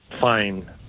fine